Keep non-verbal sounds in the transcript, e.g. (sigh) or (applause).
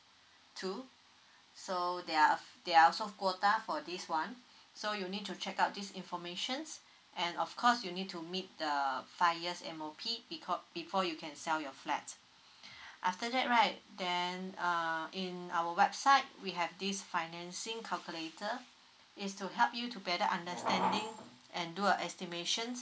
to (breath) so they are they are also quota for this one (breath) so you'll need to check out these informations (breath) and of course you'll need to meet the five years M_O_P peco~ before you can sell your flat (breath) after that right then uh in our website we have this financing calculator it's to help you to better understanding and do a estimations